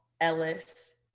Ellis